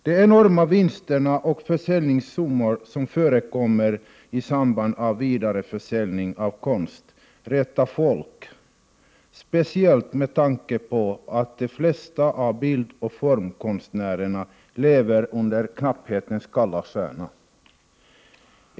De enorma vinster och försäljningssummor som förekommer i samband med vidareförsäljning av konst retar folk, speciellt med tanke på att de flesta av bildoch formkonstnärerna lever under knapphetens kalla stjärna.